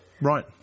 Right